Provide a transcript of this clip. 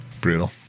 Brutal